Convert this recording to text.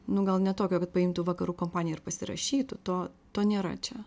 nu gal ne tokio kad paimtų vakarų kompanija ir pasirašytų to to nėra čia